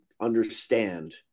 understand